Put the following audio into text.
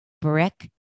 brick